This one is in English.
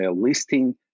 listing